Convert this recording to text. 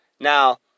Now